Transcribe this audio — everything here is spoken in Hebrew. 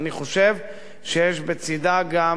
שיש בצדה גם נזק אפשרי.